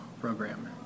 program